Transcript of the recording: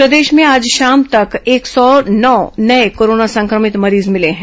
corona मरीज प्रदेश में आज शाम तक एक सौ नौ नये कोरोना संक्रमित मरीज मिले हैं